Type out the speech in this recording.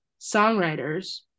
songwriters